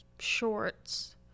shorts